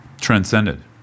transcended